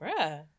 Bruh